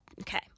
Okay